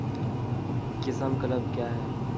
किसान क्लब क्या हैं?